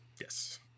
Yes